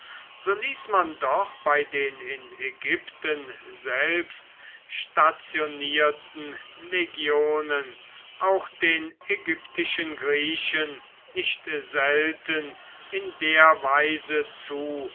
so ließ man doch bei den in ägypten selbst stationierten legionen auch den ägyptischen griechen nicht selten in der weise zu